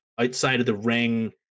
outside-of-the-ring